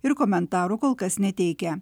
ir komentarų kol kas neteikia